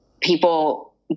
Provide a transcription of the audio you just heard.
people